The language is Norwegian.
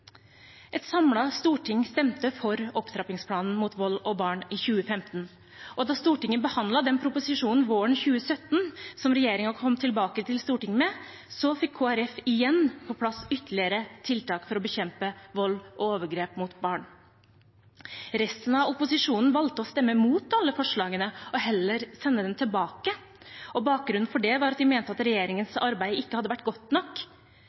Et samlet storting stemte for en opptrappingsplan mot vold og overgrep mot barn i 2015. Da Stortinget våren 2017 behandlet proposisjonen som regjeringen kom tilbake til Stortinget med, fikk Kristelig Folkeparti igjen på plass ytterligere tiltak for å bekjempe vold og overgrep mot barn. Resten av opposisjonen valgte å stemme mot alle forslagene og heller sende proposisjonen tilbake. Bakgrunnen for det var at de mente at regjeringens arbeid ikke hadde vært godt nok.